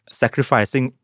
sacrificing